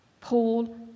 Paul